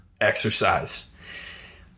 exercise